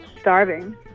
starving